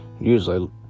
usually